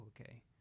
okay